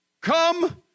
come